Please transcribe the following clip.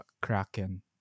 kraken